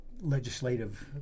legislative